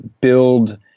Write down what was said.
build